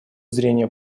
зрения